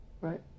Right